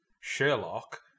Sherlock